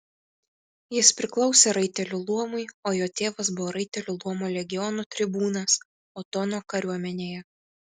jis priklausė raitelių luomui o jo tėvas buvo raitelių luomo legionų tribūnas otono kariuomenėje